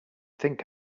think